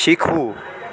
શીખવું